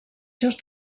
seus